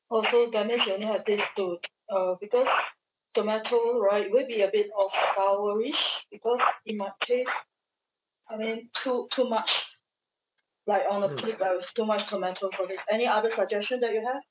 orh so that means you only have these two uh because tomato right will it be a bit of sourish because it might taste I mean too too much like on the there was too much tomato any other suggestion that you have